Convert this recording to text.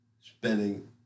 spending